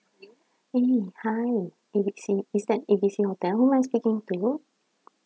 eh hi A B C is that A B C hotel who am I speaking to